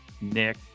Nick